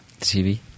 TV